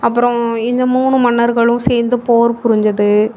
அப்புறம் இந்த மூணு மன்னர்களும் சேர்ந்து போர் புரிஞ்சது